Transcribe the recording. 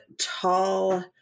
tall